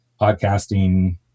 podcasting